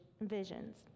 visions